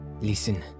Listen